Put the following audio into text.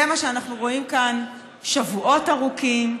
זה מה שאנחנו רואים כאן שבועות ארוכים.